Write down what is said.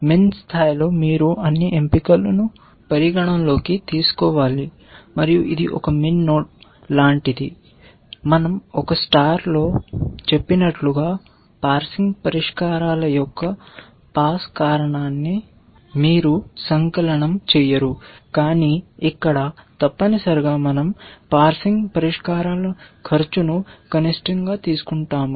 min స్థాయిలో మీరు అన్ని ఎంపికలను పరిగణనలోకి తీసుకోవాలి మరియు ఇది ఒక min నోడ్ లాంటిది మన০ ఒక స్టార్ లో చేసినట్లుగా పార్సింగ్ పరిష్కారాల యొక్క పాస్ కారణాన్ని మీరు సంకలనం చేయరు కాని ఇక్కడ తప్పనిసరిగా మన০ పార్సింగ్ పరిష్కారాల ఖర్చు ను కనిష్టంగా తీసుకుంటాము